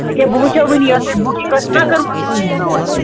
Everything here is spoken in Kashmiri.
ییٚکیٛاہ بہٕ وٕچھو وٕنی یۄس تۄہہِ بُکِنٛگ ٲسٕو نَہ کٔرمٕژ تُہُنٛدِس ناوَس پٮ۪ٹھ